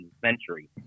century